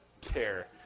Care